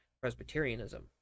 Presbyterianism